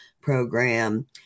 program